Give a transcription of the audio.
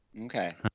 Okay